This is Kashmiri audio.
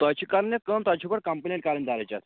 تۄہہِ چھِ کَرٕنۍ یہِ کٲم تۄہہِ چھُو گۄڈٕ کَمپٕلَیٚن کَرٕنۍ درج اَتھ